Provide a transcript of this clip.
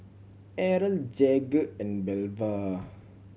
Errol Jagger and Belva